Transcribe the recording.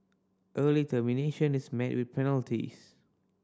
early termination is met with penalties